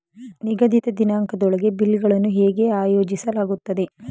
ನಿಗದಿತ ದಿನಾಂಕದೊಳಗೆ ಬಿಲ್ ಗಳನ್ನು ಹೇಗೆ ಆಯೋಜಿಸಲಾಗುತ್ತದೆ?